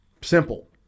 Simple